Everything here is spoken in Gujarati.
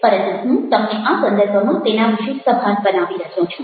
પરંતુ હું તમને આ સંદર્ભમાં તેના વિશે સભાન બનાવી રહ્યો છું